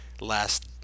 last